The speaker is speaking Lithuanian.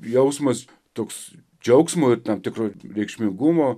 jausmas toks džiaugsmo ir tam tikro reikšmingumo